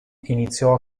iniziò